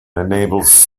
enables